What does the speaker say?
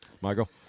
Michael